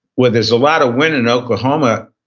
where there's a lot of wind in oklahoma.